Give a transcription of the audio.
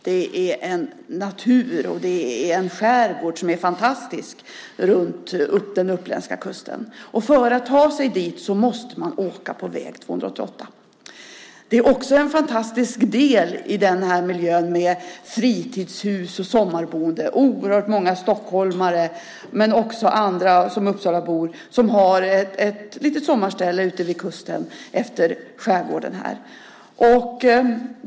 Det är en natur och en skärgård som är fantastisk runt den uppländska kusten, och för att ta sig dit måste man åka på väg 288. En annan fantastisk del i den här miljön är fritidshus och sommarboende. Det är oerhört många stockholmare men också andra, som Uppsalabor, som har ett litet sommarställe ute vid kusten i skärgården här.